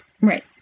Right